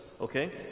Okay